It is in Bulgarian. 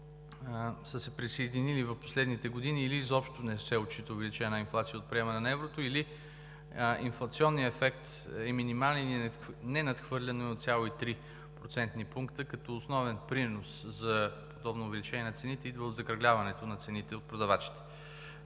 са се присъединили в последните години, или изобщо не се отчита увеличение на инфлация от приемане на еврото, или инфлационният ефект е минимален и не надхвърля 0,3 процентни пункта, като основен принос за подобно увеличение на цените идва от закръгляването на цените от продавачите.